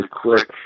quick